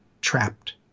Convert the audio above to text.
Trapped